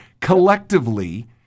collectively